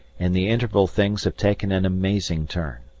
in the interval things have taken an amazing turn.